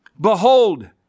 Behold